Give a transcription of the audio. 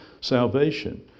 salvation